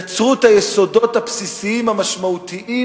יצרו את היסודות הבסיסיים, המשמעותיים,